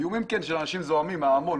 היו איומים מצידם של אנשים שזעמו ומההמון,